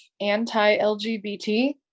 anti-lgbt